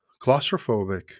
claustrophobic